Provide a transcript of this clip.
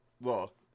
look